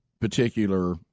particular